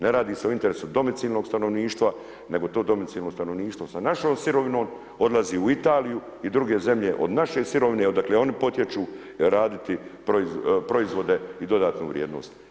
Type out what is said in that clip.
Ne radi se u interesu domicilnog stanovništva, nego to domicilno stanovništvo sa našom sirovinom odlazi u Italiju i druge zemlje, od naše sirovine odakle oni potječu raditi proizvode i dodatnu vrijednost.